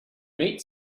meet